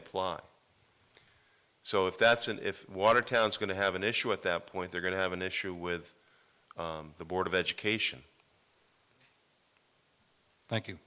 apply so if that's if watertown's going to have an issue at that point they're going to have an issue with the board of education thank you